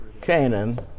Canaan